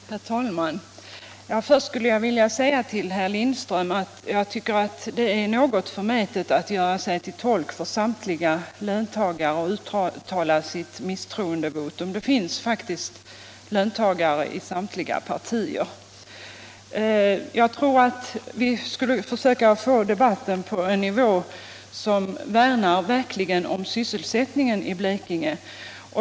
Herr talman! Först skulle jag vilja säga till herr Lindström att jag tycker att det är något förmätet att göra sig till tolk för samtliga löntagare och uttala sitt misstroende. Det finns faktiskt löntagare i alla partier. Jag tror att vi borde försöka få debatten på en nivå som innebär att man verkligen värnar om sysselsättningen i Blekinge.